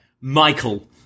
Michael